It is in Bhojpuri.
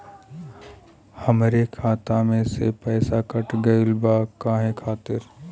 हमरे खाता में से पैसाकट गइल बा काहे खातिर?